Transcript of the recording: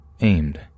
aimed